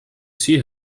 see